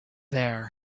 there